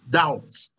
doubts